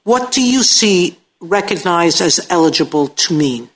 what do you see recognized as eligible to me